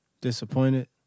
disappointed